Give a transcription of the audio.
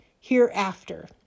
hereafter